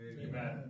Amen